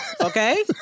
okay